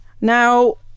Now